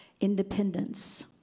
Independence